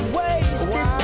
wasted